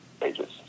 pages